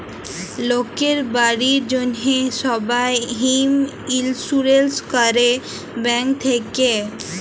লকের বাড়ির জ্যনহে সবাই হম ইলসুরেলস ক্যরে ব্যাংক থ্যাকে